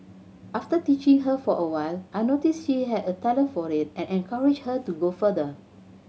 after teaching her for a while I noticed she had a talent for it and encouraged her to go further